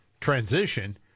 transition